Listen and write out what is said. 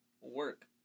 work